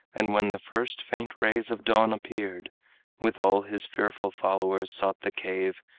and when the first faint rays of dawn appeared with all his fearful followers sought the cave,